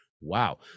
Wow